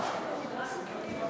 לרשותך